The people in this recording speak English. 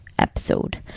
episode